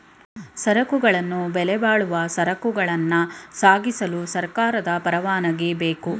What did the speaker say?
ಸರಕುಗಳನ್ನು ಬೆಲೆಬಾಳುವ ಸರಕುಗಳನ್ನ ಸಾಗಿಸಲು ಸರ್ಕಾರದ ಪರವಾನಗಿ ಬೇಕು